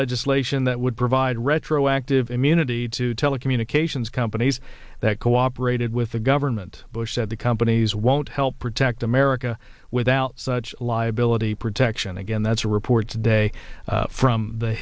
legislation that would provide retroactive immunity to telecommunications companies that cooperated with the government bush said the companies won't help protect america without such liability protection again that's a report today from the